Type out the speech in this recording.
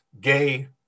gay